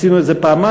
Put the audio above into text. עשינו את זה פעמיים,